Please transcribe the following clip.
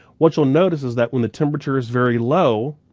what you'll notice is that when the temperature's very low,